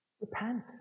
Repent